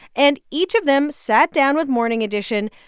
and each of them sat down with morning edition,